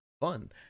fun